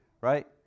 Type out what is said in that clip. right